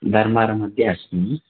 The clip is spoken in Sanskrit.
दर्मार् मध्ये अस्मि